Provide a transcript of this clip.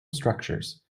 structures